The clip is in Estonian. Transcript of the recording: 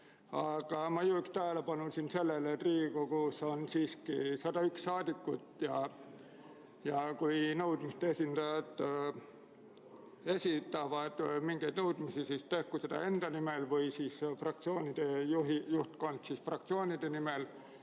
Aga ma juhiksin tähelepanu sellele, et Riigikogus on siiski 101 saadikut ja kui nõudmiste esindajad esitavad mingeid nõudmisi, siis tehku seda enda nimel või fraktsioonide juhtkonda kuuludes fraktsioonide nimel,